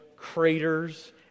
craters